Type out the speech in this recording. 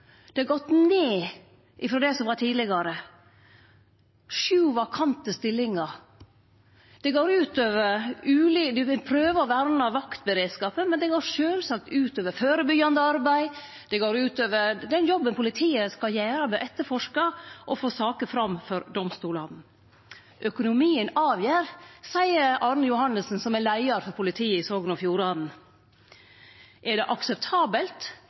Det har gått ned samanlikna med tidlegare. Det er sju vakante stillingar. Ein prøver å verne vaktberedskapen, men det går sjølvsagt ut over førebyggjande arbeid og den jobben politiet skal gjere med å etterforske og få saker fram for domstolane. Økonomien avgjer, seier Arne Johannessen, som er leiar for politiet i Sogn og Fjordane. Er det akseptabelt?